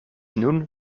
nun